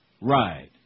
Right